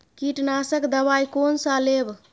कीट नाशक दवाई कोन सा लेब?